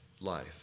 life